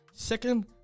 Second